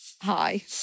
Hi